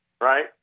right